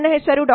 ನನ್ನ ಹೆಸರು ಡಾ